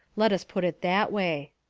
let us put it that way.